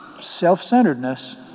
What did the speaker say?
self-centeredness